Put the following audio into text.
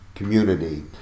Community